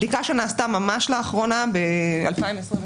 בדיקה שנעשתה ממש לאחרונה ב-2022-2023: